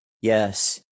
Yes